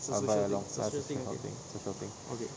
I'll buy along ya it's a social thing social thing